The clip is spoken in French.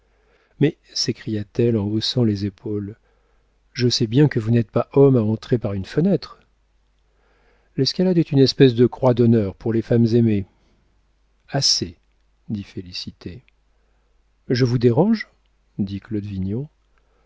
mais s'écria-t-elle en haussant les épaules je sais bien que vous n'êtes pas homme à entrer par une fenêtre l'escalade est une espèce de croix d'honneur pour les femmes aimées assez dit félicité je vous dérange dit